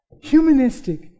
humanistic